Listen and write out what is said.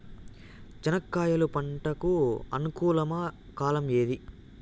చెనక్కాయలు పంట కు అనుకూలమా కాలం ఏది?